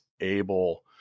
able